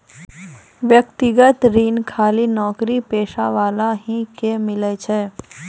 व्यक्तिगत ऋण खाली नौकरीपेशा वाला ही के मिलै छै?